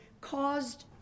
caused